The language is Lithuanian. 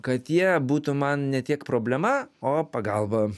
kad jie būtų man ne tiek problema o pagalba